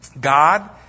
God